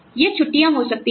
यह छुट्टियाँ हो सकती हैं